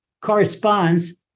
corresponds